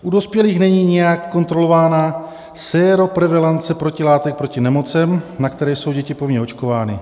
U dospělých není nijak kontrolována séroprevalence protilátek proti nemocem, na které jsou děti povinně očkovány.